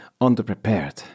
underprepared